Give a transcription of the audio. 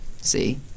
See